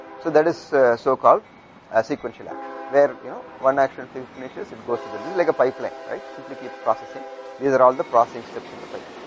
so, that is so called assequential action where you know one action face finishes it goes to the like pipe line right simply keeps processing these are all the processing steps in the pipe.